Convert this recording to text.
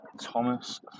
Thomas